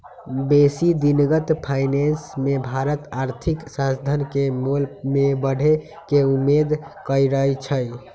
बेशी दिनगत फाइनेंस मे भारत आर्थिक साधन के मोल में बढ़े के उम्मेद करइ छइ